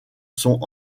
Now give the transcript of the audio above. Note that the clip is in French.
sont